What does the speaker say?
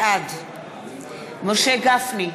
בעד משה גפני,